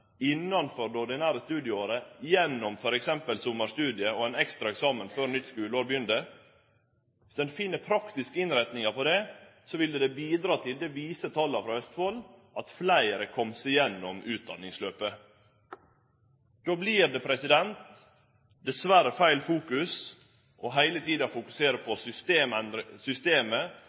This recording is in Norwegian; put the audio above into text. innanfor det ordinære studieåret gjennom f.eks. sommarstudium og ein ekstra eksamen før nytt skuleår begynner, dersom ein finn praktiske innretningar på det, ville det bidra til – det viser tala frå Østfold – at fleire kom seg gjennom utdanningsløpet. Då vert det dessverre feil heile tida å fokusere på systemet